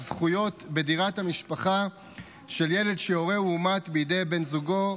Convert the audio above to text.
זכויות בדירת המשפחה של ילד שהורהו הומת בידי בן זוגו,